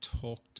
talked